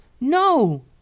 No